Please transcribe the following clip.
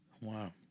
Wow